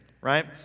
right